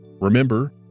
Remember